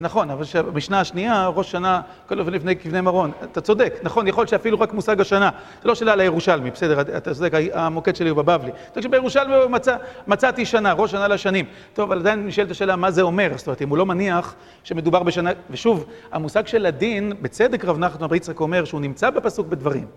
נכון, אבל במשנה השנייה, ראש השנה, כל אופן לפני קברי מרון. אתה צודק, נכון, יכול שאפילו רק מושג השנה. זה לא שאלה על הירושלמי, בסדר? אתה צודק, המוקד שלי הוא בבבלי. זאת אומרת שבירושלמי מצאתי שנה, ראש שנה לשנים. טוב, אבל עדיין נשאלת השאלה מה זה אומר, זאת אומרת, אם הוא לא מניח שמדובר בשנה, ושוב, המושג של הדין, בצדק רב נחמן בר יצחק אומר שהוא נמצא בפסוק בדברים.